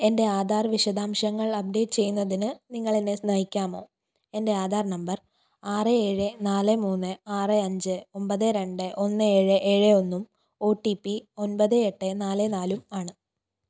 എൻ്റെ ആധാർ വിശദാംശങ്ങൾ അപ്ഡേറ്റ് ചെയ്യുന്നതിന് നിങ്ങളെന്നെ നയിക്കാമോ എൻ്റെ ആധാർ നമ്പർ ആറ് ഏഴ് നാല് മൂന്ന് ആറ് അഞ്ച് ഒൻപത് രണ്ട് ഒന്ന് ഏഴ് ഏഴ് ഒന്നും ഒ ടി പി ഒൻപത് എട്ട് നാല് നാലും ആണ്